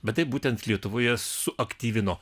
bet tai būtent lietuvoje suaktyvino